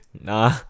Nah